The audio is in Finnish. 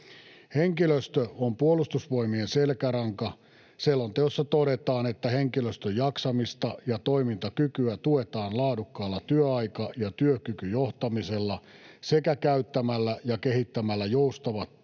Henkilöstö on Puolustusvoimien selkäranka. Selonteossa todetaan, että henkilöstön jaksamista ja toimintakykyä tuetaan laadukkaalla työaika‑ ja työkykyjohtamisella sekä käyttämällä ja kehittämällä joustavia